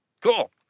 Cool